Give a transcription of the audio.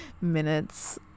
minutes